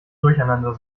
durcheinander